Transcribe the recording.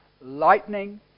lightning